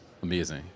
Amazing